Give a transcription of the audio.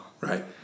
right